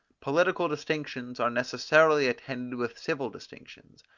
political distinctions are necessarily attended with civil distinctions.